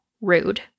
Rude